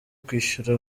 kwishyura